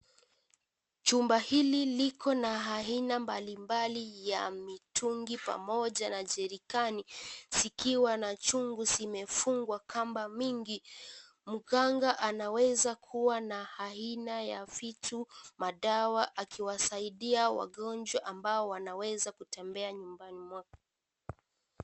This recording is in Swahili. Chumba hili likona aina mbalimbali ya mitungi pamoja na jerikani zikiwa na chungu zimefungwa na kamba mingi. mganga anawezakuwa na aina ya vitu madwa akiwasaidia wagonjwa amba wanawezakutembea nyumbani mwake.